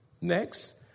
Next